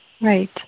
Right